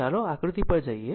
ચાલો આકૃતિ પર જઈએ